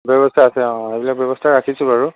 ব্যৱস্থা আছে অ' সেইবিলাক ব্যৱস্থা ৰাখিছোঁ বাৰু